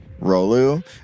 Rolu